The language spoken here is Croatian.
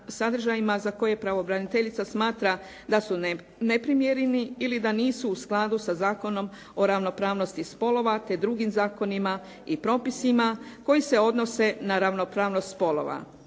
za koje pravobraniteljica smatra da su neprimjereni ili da nisu u skladu sa Zakonom o ravnopravnosti spolova te drugim zakonima i propisima koji se odnose na ravnopravnost spolova.